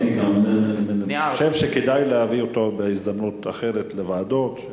אני חושב שכדאי להעביר אותו בהזדמנות אחרת לוועדות.